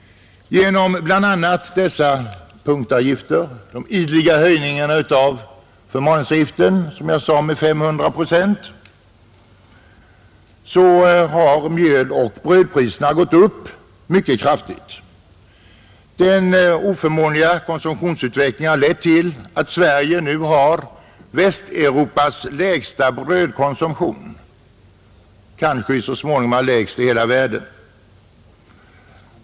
Bl. a. genom dessa punktavgifter och de ideliga höjningarna av förmalningsavgiften, som jag sade med ca 500 procent, har mjöloch brödpriserna gått upp mycket kraftigt. Den oförmånliga konsumtionsutvecklingen har lett till att Sverige nu har Västeuropas lägsta brödkonsumtion. Kanske vi så småningom har den lägsta i hela världen.